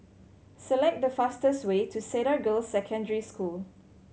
select the fastest way to Cedar Girls' Secondary School